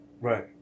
right